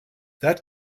that